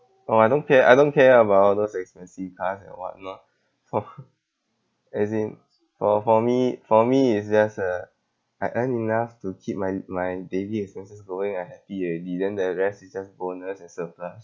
oh I don't care I don't care about those expensive cars and whatnot as in for for me for me is just uh I earn enough to keep my my daily expenses going I happy already then the rest is just bonus and surplus